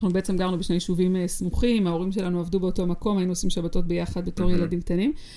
אנחנו בעצם גרנו בשני יישובים סמוכים, ההורים שלנו עבדו באותו מקום, היינו עושים שבתות ביחד בתור ילדים קטנים.